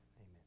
amen